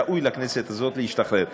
ראוי לכנסת הזאת להשתחרר מזה,